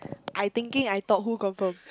I thinking I thought who confirm